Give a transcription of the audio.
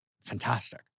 fantastic